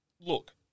look